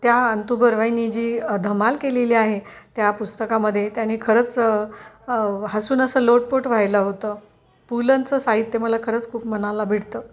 त्या अंतू बर्व्यानी जी धमाल केलेली आहे त्या पुस्तकामध्ये त्याने खरंच हसून असं लोटपोट व्हायलं होतं पुलंचं साहित्य मला खरंच खूप मनाला भिडतं